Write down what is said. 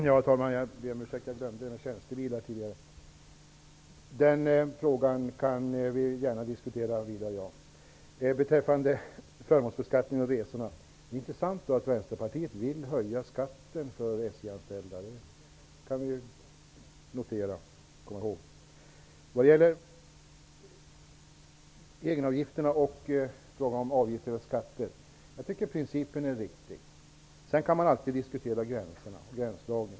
Herr talman! Jag ber om ursäkt att jag glömde besvara frågan om tjänstebilar. Den frågan kan vi visst diskutera vidare. Med tanke på förmånsbeskattning av resor, är det intressant att notera att Vänsterpartiet vill höja skatten för SJ-anställda. Vad gäller egenavgifterna i fråga om skatter och avgifter, tycker jag att principen är riktig. Hur gränsdragningen skall göras kan man alltid diskutera.